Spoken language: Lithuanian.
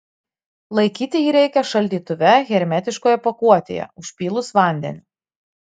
laikyti jį reikia šaldytuve hermetiškoje pakuotėje užpylus vandeniu